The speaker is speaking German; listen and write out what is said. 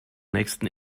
nächsten